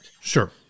Sure